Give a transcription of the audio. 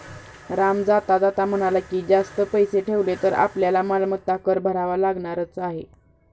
राम जाता जाता म्हणाला की, जास्त पैसे ठेवले तर आपल्याला मालमत्ता कर भरावा लागणारच आहे